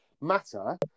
matter